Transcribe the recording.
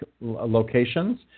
locations